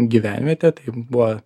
gyvenvietę tai buvo